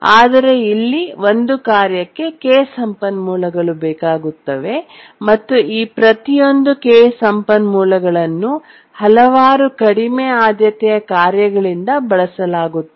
ಆದರೆ ಇಲ್ಲಿ ಒಂದು ಕಾರ್ಯಕ್ಕೆ k ಸಂಪನ್ಮೂಲಗಳು ಬೇಕಾಗುತ್ತವೆ ಮತ್ತು ಈ ಪ್ರತಿಯೊಂದು k ಸಂಪನ್ಮೂಲಗಳನ್ನು ಹಲವಾರು ಕಡಿಮೆ ಆದ್ಯತೆಯ ಕಾರ್ಯಗಳಿಂದ ಬಳಸಲಾಗುತ್ತದೆ